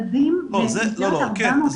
חשוב